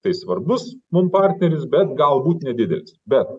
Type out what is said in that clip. tai svarbus mum partneris bet galbūt nedidelis bet